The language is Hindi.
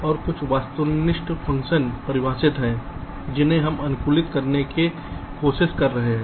और कुछ वस्तुनिष्ठ फ़ंक्शन परिभाषित है जिसे हम अनुकूलित करने की कोशिश कर रहे हैं